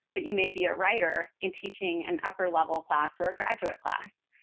but you may be a writer in teaching an upper level class or a graduate class.